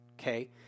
okay